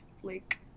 Flake